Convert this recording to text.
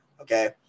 okay